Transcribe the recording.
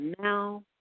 now